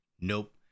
nope